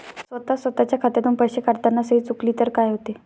स्वतः स्वतःच्या खात्यातून पैसे काढताना सही चुकली तर काय होते?